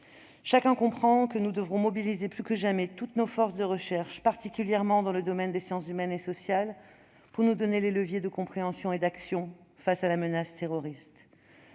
Chacun le comprend, nous devrons mobiliser, plus que jamais, toutes nos forces de recherche, particulièrement dans le domaine des sciences humaines et sociales, pour nous donner les leviers de compréhension et d'action face à la menace terroriste.